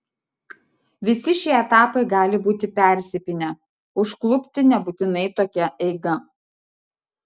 visi šie etapai gali būti persipynę užklupti nebūtinai tokia eiga